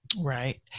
Right